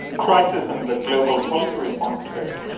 crisis and the global policy response to it,